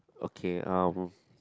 okay um